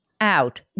out